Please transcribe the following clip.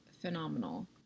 phenomenal